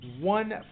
one